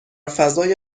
فضای